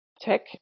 tech